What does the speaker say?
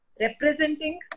representing